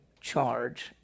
charge